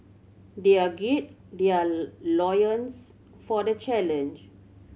their gird their loins for the challenge